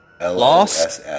Loss